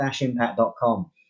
Impact.com